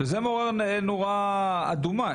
זה מעורר נורה אדומה.